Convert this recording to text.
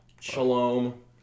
Shalom